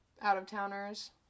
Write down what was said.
out-of-towners